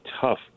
tough